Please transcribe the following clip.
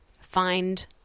find